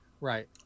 right